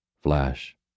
Flash